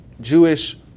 Jewish